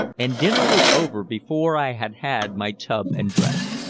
and dinner was over before i had had my tub and dressed.